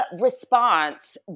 response